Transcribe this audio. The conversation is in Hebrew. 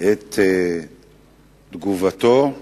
את תגובתו,